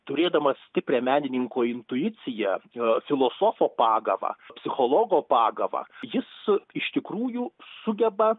turėdamas stiprią menininko intuicija e filosofo pagava psichologo pagavą jis iš tikrųjų sugeba